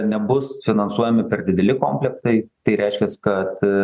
nebus finansuojami per dideli komplektai tai reiškias kad